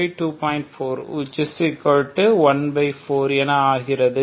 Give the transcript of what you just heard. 414 என ஆகிறது